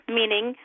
meaning